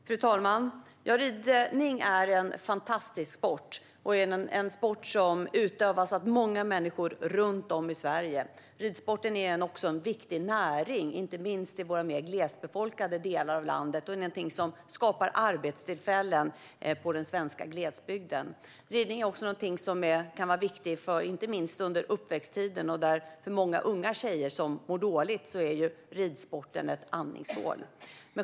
Fru talman! Ja, ridning är en fantastisk sport som utövas av många människor runt om i Sverige. Ridsporten är också en viktig näring, inte minst i landets mer glesbefolkade delar. Den skapar arbetstillfällen på den svenska glesbygden. Ridning kan vara viktig inte minst under uppväxttiden. För många unga tjejer som mår dåligt är ridsporten ett andningshål.